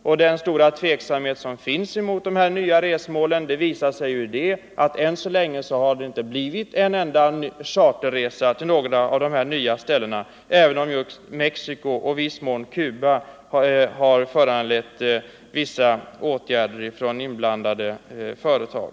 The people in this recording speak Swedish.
Och den stora tvek 20 november 1974 samhet som finns mot dessa nya resmål visar sig ju genom att det än så länge inte arrangeras en enda charterresa till någon av platserna, även = Företagsetablering om Mexico och i viss mån Cuba har föranlett en del åtgärder från ininom charterflyget, blandade företag.